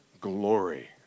glory